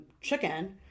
chicken